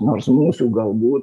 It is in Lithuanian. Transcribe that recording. nors mūsų galbūt